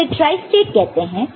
तो इसे ट्राइस्टेट कहते हैं